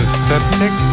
septic